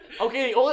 Okay